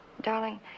darling